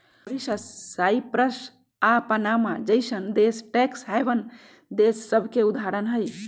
Mauritius, Cyprus आऽ Panama जइसन्न देश टैक्स हैवन देश सभके उदाहरण हइ